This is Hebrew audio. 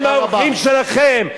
הם האורחים שלכם.